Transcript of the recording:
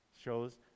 shows